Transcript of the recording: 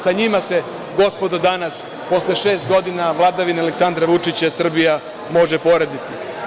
Sa njima se, gospodo, danas posle šest godina vladavine Aleksandra Vučića Srbija može porediti.